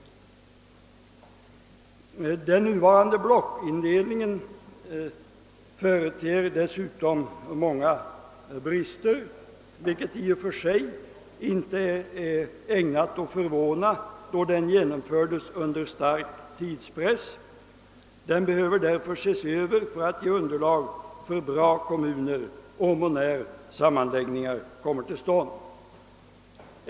Den nuvarande blockindelningen företer dessutom många brister, vilket i och för sig inte är ägnat att förvåna, då den genomfördes under stark tidspress. Den behöver därför ses över för att ge underlag för bra kommuner om och när sammanläggningar kommer till stånd.